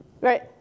right